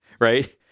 right